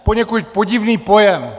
Poněkud podivný pojem!